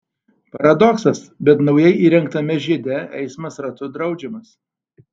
paradoksas bet naujai įrengtame žiede eismas ratu draudžiamas